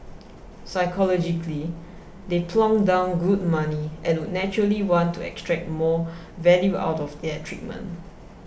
psychologically they've plonked down good money and would naturally want to extract more value out of their treatment